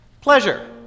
pleasure